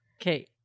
Okay